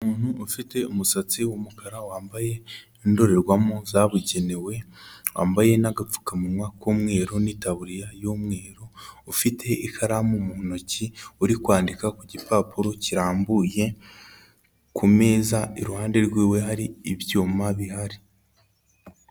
Umuntu ufite umusatsi w'umukara wambaye indorerwamo zabugenewe, wambaye n'agapfukamunwa k'umweru n'itaburiya y'umweru ufite ikaramu mu ntoki uri kwandika ku gipapuro kirambuye, ku meza iruhande rw'iwe hari ibyuma bihari.